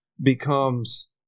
becomes